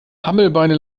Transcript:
hammelbeine